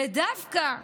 ודווקא הבוחרים,